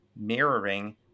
mirroring